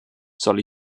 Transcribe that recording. soll